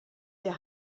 der